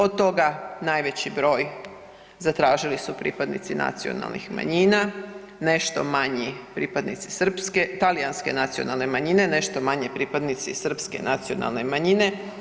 Od toga najveći broj zatražili su pripadnici nacionalnih manjina, nešto manji pripadnici srpske, talijanske nacionalne manjine, nešto manje pripadnici srpske nacionalne manjine.